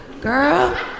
Girl